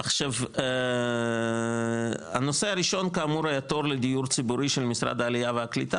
עכשיו הנושא הראשון כאמור היה תור לדיור ציבורי של משרד העלייה והקליטה,